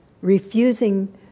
refusing